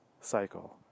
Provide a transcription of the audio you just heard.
cycle